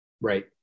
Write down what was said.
Right